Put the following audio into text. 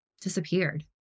disappeared